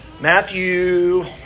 Matthew